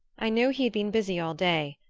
i knew he had been busy all day,